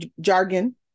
jargon